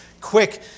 Quick